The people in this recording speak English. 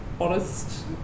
honest